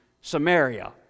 Samaria